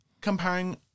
comparing